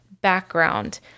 background